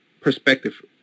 perspective